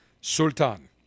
Sultan